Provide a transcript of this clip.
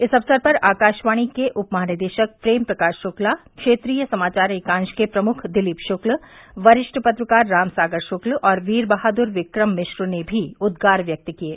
इस अवसर पर आकाशवाणी के उपमहानिदेशक प्रेम प्रकाश शुक्ला क्षेत्रीय समाचार एकांश के प्रमुख दिलीप शुक्ल वरिष्ठ पत्रकार रामसागर शुक्ल और वीर बहादुर विक्रम मिश्र ने भी उद्गार व्यक्त किये